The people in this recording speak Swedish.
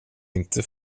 inte